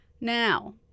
Now